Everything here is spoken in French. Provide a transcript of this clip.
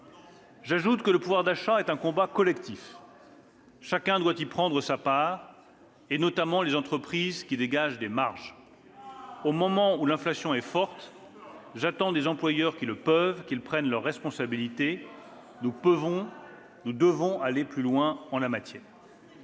combat pour le pouvoir d'achat est un combat collectif. Chacun doit y prendre sa part, notamment les entreprises qui dégagent des marges. » Elles tremblent !« Au moment où l'inflation est forte, j'attends des employeurs qui le peuvent qu'ils prennent leurs responsabilités. Nous pouvons, nous devons aller plus loin en la matière.